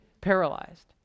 paralyzed